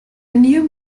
new